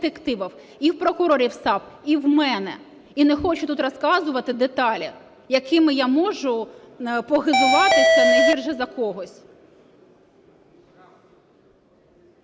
і в прокурорів САП, і в мене. І не хочу тут розказувати деталі, якими я можу похизуватися не гірше за когось.